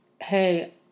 hey